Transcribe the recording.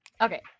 Okay